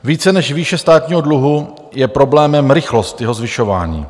Více než výše státního dluhu je problémem rychlost jeho zvyšování.